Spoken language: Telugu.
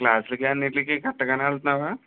క్లాసులికి అన్నిట్లికి కరెక్ట్గానే వెళ్తున్నావా